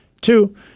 Two